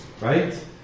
right